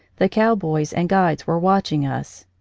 the cowboys and guides were watching us.